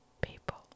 people